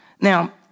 Now